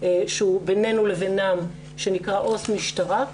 שהוא בינינו לבינם שנקרא "עו"ס משטרה",